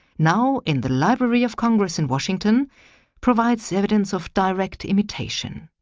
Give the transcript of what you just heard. now in the library of congress in washington provides evidence of direct imitation.